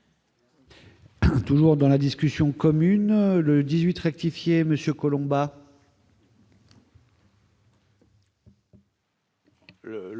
Toujours dans la discussion commune le 18 rectifier Monsieur Collombat.